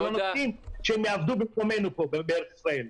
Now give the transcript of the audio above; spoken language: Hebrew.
לא נסכים שהם יעבדו במקומנו פה בארץ ישראל.